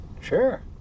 Sure